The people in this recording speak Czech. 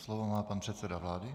Slovo má pan předseda vlády.